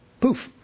Poof